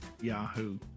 Yahoo